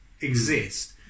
exist